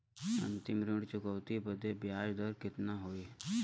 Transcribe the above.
अंतिम ऋण चुकौती बदे ब्याज दर कितना होई?